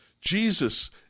Jesus